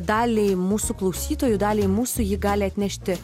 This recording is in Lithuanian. daliai mūsų klausytojų dalį mūsų ji gali atnešti